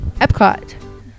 Epcot